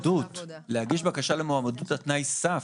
להגיש בקשה למועמדות, תנאי סף,